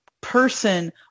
person